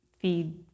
feed